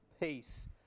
Peace